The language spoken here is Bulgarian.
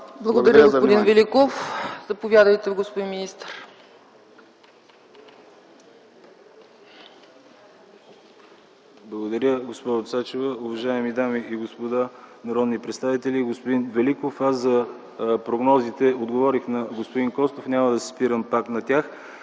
Благодаря, господин Великов. Заповядайте, господин министър. МИНИСТЪР ТОТЮ МЛАДЕНОВ: Благодаря, госпожо Цачева. Уважаеми дами и господа народни представители, господин Великов! Аз за прогнозите отговорих на господин Костов, няма да се спирам пак на тях.